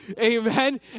amen